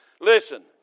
Listen